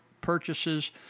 purchases